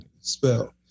Spell